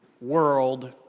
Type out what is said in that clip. world